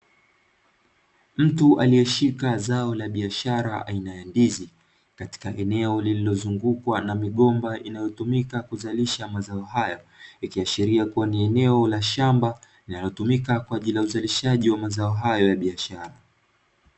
Mtu aliyeshika zao la bashara aina ndizi katika eneo lililo zungukwa na migomba inayo tumika kuzalisha mazao hayo, Ikiashirikuwa ni eneo la shamba linalo tumika kwaajili ya uzalishaji wa mazao hayo ya biashara.